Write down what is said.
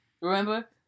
Remember